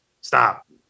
stop